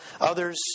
others